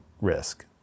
risk